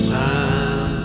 time